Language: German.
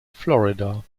florida